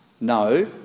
No